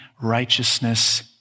righteousness